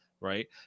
right